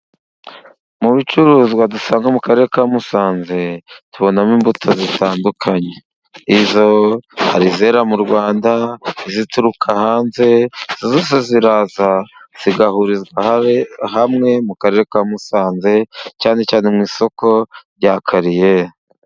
Mu bicuruzwa dusanga mu karere ka Musanze, tubonamo imbuto zitandukanye. Izo, hari izera mu Rwanda, izituruka hanze, izo zose ziraza, zigahurizwa hamwe mu karere ka Musanze, cyane cyane mu isoko rya Kariyeri.